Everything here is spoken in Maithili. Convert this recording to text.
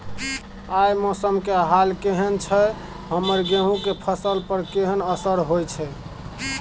आय मौसम के हाल केहन छै हमर गेहूं के फसल पर केहन असर होय छै?